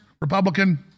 Republican